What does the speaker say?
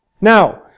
Now